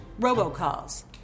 robocalls